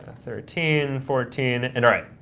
thirteen, fourteen, and all right.